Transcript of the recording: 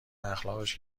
اخلاقش